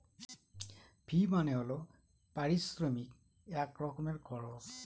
ফি মানে হল পারিশ্রমিক এক রকমের খরচ